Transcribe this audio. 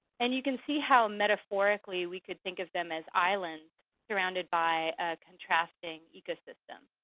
and you can see how, metaphorically, we could think of them as islands surrounded by a contrasting ecosystem.